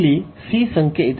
ಇಲ್ಲಿ c ಸಂಖ್ಯೆ ಇದೆ